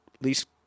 least